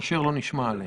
מאשר שלא נשמע עליהן.